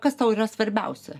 kas tau yra svarbiausia